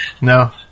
No